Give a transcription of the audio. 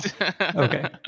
Okay